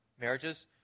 marriages